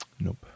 Nope